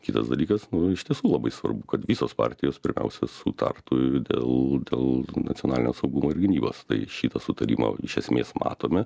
kitas dalykas iš tiesų labai svarbu kad visos partijos pirmiausia sutartų dėl dėl nacionalinio saugumo ir gynybos tai šitą sutarimą iš esmės matome